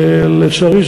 לצערי,